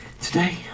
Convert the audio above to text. Today